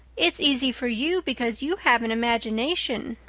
it's easy for you because you have an imagination,